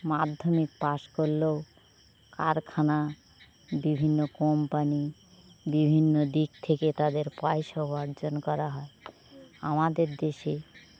মাধ্যমিক পাশ করলেও কারখানা বিভিন্ন কোম্পানি বিভিন্ন দিক থেকে তাদের পয়সা উপার্জন করা হয় আমাদের দেশে